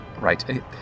right